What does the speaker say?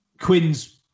Quinn's